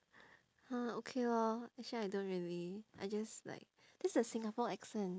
!huh! okay lor actually I don't really I just like this a singapore accent